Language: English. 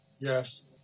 Yes